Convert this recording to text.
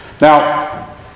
Now